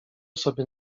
sobie